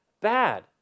bad